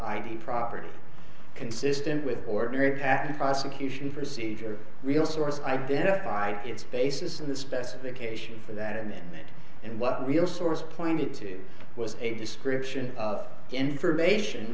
id property consistent with ordinary patent prosecution procedure real source identified its basis in the specification for that amendment and what real source pointed to was a description of information